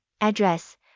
address